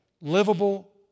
Livable